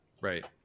Right